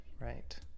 right